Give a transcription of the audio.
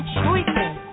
choices